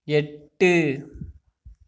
எட்டு